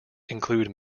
include